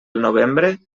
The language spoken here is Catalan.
novembre